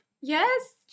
Yes